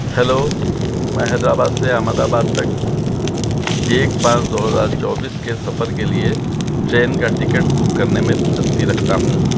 hello میں حیدرآباد سے Ahmedabad تک ایک پانچ دو ہزار چوبیس کے سفر کے لیے ٹرین کا ٹکٹ بک کرنے میں دلچسپی رکھتا ہوں